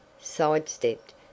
sidestepped